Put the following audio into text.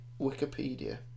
Wikipedia